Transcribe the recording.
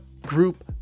group